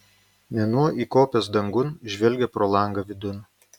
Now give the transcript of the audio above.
mėnuo įkopęs dangun žvelgia pro langą vidun